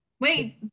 Wait